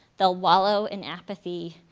they'll wallow in apathy,